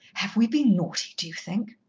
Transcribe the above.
have we been naughty, do you think?